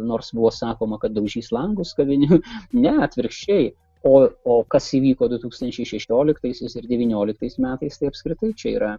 nors buvo sakoma kad daužys langus kavinių ne atvirkščiai o o kas įvyko du tūkstančiai šešioliktaisiais ir devynioliktais metais tai apskritai čia yra